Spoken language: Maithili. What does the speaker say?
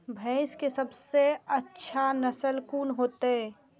भैंस के सबसे अच्छा नस्ल कोन होते?